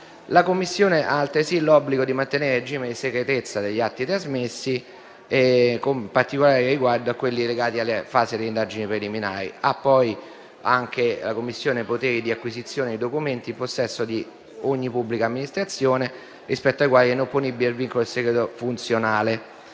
La Commissione ha altresì l'obbligo di mantenere il regime di segretezza degli atti trasmessi, con particolare riguardo a quelli legati alle fasi delle indagini preliminari. La Commissione ha anche poteri di acquisizione di documenti in possesso di ogni pubblica amministrazione, rispetto ai quali è inopponibile il vincolo del segreto funzionale.